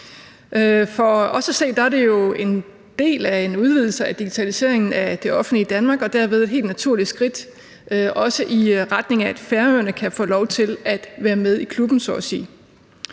For os at se er det jo en del af en udvidelse af digitaliseringen af det offentlige Danmark og derved et helt naturligt skridt, også i retning af at Færøerne kan få lov til at være med i klubben